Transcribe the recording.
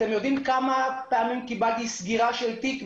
האם אתם יודעים כמה פעמים קיבלתי סגירה של תיק,